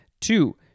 Two